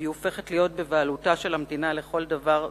והיא הופכת להיות בבעלותה של המדינה לכל דבר ועניין,